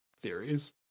theories